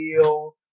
deal